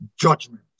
judgment